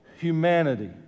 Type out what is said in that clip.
humanity